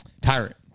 Tyrant